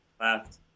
left